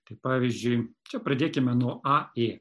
tai pavyzdžiui čia pradėkime nuo a ė